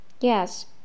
Yes